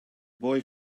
boy